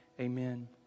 Amen